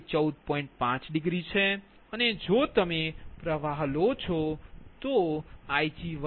5છે અને જો તમે પ્રવાહ લો તો Ig1એ 14 છે